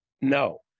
No